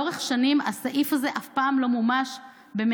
לאורך שנים הסעיף הזה אף פעם לא מומש ב-100%,